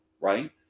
right